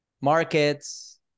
markets